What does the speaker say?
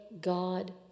God